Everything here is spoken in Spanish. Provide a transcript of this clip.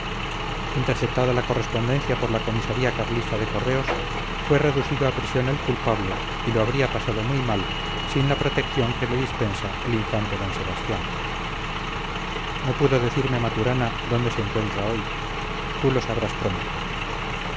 interceptada la correspondencia por la comisaría carlista de correos fue reducido a prisión el culpable y lo habría pasado muy mal sin la protección que le dispensa el infante d sebastián no pudo decirme maturana dónde se encuentra hoy tú lo sabrás pronto